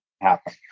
happen